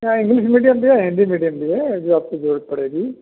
यहाँ English medium भी है हिन्दी मीडियम भी है जो आपको जरूरत पड़ेगी